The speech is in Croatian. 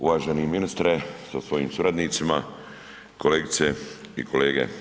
Uvaženi ministre sa svojim suradnicima, kolegice i kolege.